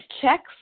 checks